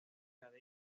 cadena